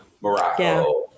Morocco